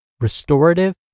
restorative